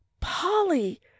polly